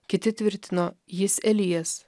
kiti tvirtino jis elijas